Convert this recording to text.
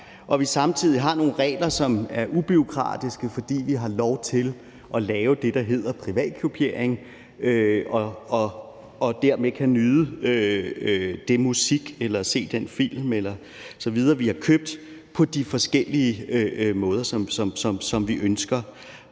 at vi samtidig har nogle regler, som er ubureaukratiske, fordi vi har lov til at lave det, der hedder privatkopiering, og dermed kan nyde den musik eller se den film osv., vi har købt, på de forskellige måder, som vi ønsker.